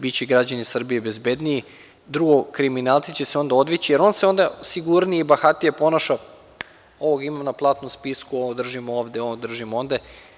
Biće građani Srbije bezbedniji, drugo, kriminalci će se onda odvići, jer se onda sigurnije i bahatije ponaša, ovog imamo na platnom spisku, ovo držimo ovde, ono držimo onde.